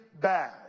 bad